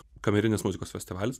kamerinės muzikos festivalis